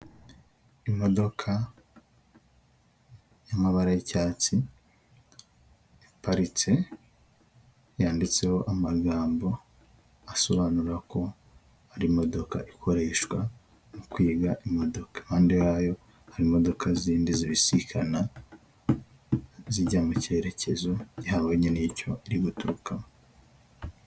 imodoka y'amabara y'icyatsi iparitse yanditseho amagambo asobanura ko ari imodoka ikoreshwa mu kwiga imodoka impande yayo hari imodoka zindi zibisikana zijya mu cyerekezo gihabanye n'icyo iri guturukamo.